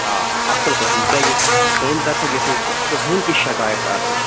آ اصٕل پٲٹھۍ تۄہہِ تُہٕنٛدِ طرفہٕ گَژھِ نہٕ اَسہِ کٕہیٖنٛۍ تہِ شکایتھ آسٕنۍ